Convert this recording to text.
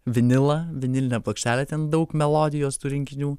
vinilą vinilinę plokštelę ten daug melodijos tų rinkinių